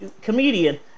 comedian